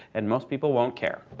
and most people won't care.